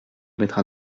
mettra